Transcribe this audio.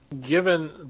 Given